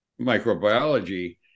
microbiology